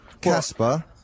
Casper